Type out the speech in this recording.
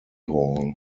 hall